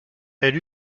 elle